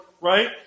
right